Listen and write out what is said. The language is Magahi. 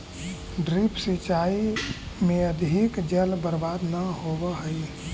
ड्रिप सिंचाई में अधिक जल बर्बाद न होवऽ हइ